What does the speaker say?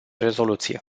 rezoluție